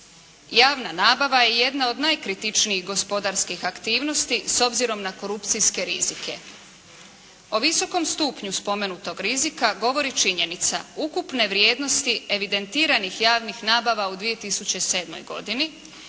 Javna nabava je jedna od najkritičnijih gospodarskih aktivnosti s obzirom na korupcijske rizike. O visokom stupnju spomenutog rizika govori činjenica, ukupne vrijednosti evidentiranih javnih nabava u 2007. godini